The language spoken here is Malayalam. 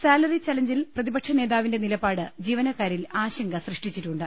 സാലറി ചലഞ്ചിൽ പ്രതിപക്ഷ നേതാവിന്റെ നിലപാട് ജീവന ക്കാരിൽ ആശങ്ക സൃഷ്ടിച്ചിട്ടുണ്ട്